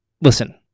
listen